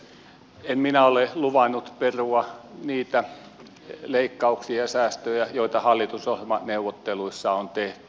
en minä ole luvannut perua niitä leikkauksia ja säästöjä joita hallitusohjelmaneuvotteluissa on tehty